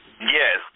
Yes